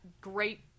great